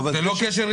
אז זה תחליף טוב.